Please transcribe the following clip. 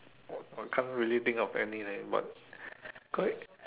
I can't really think of any leh but quite